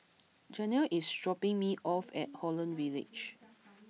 Janiah is dropping me off at Holland Village